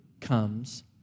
comes